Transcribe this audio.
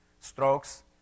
strokes